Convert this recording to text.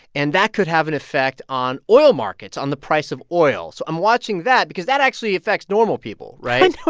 and that could have an effect on oil markets on the price of oil. so i'm watching that because that actually affects normal people, right?